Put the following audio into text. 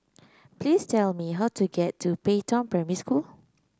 please tell me how to get to Pei Tong Primary School